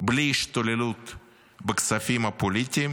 בכספים הפוליטיים